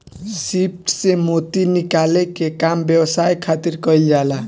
सीप से मोती निकाले के काम व्यवसाय खातिर कईल जाला